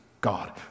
God